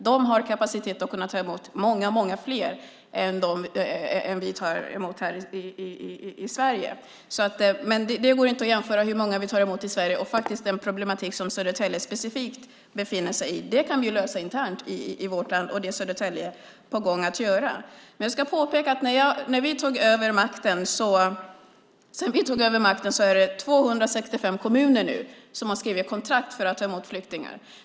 De har kapacitet att kunna ta emot många fler än vi gör här i Sverige. Det går inte att jämföra hur många vi tar emot i Sverige och den situation som Södertälje specifikt befinner sig i. Det kan vi lösa internt i vårt land, och det är Södertälje på gång att göra. Jag vill påpeka att sedan vi tog över makten är det 265 kommuner som har skrivit kontrakt för att ta emot flyktingar.